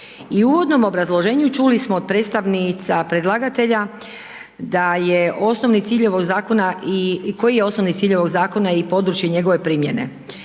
u uvodnom obrazloženju čuli smo od predstavnica predlagatelja koji je osnovni cilj ovoga zakona i područje njegove primjene.